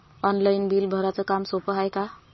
Online bill भराच काम सोपं हाय का?